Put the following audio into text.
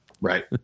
right